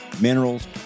minerals